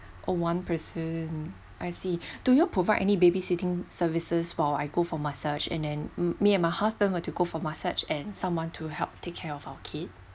oh one person I see do you all provide any babysitting services while I go for my search and then me and my husband want to go for massage and someone to help take care of our kid